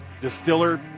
distiller